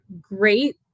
great